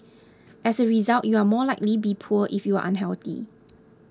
as a result you are more likely be poor if you are unhealthy